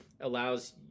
allows